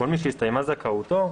כל מי שהסתיימה זכאותו,